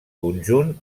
conjunt